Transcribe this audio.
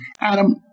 Adam